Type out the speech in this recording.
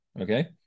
okay